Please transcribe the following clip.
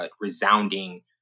resounding